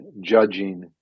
judging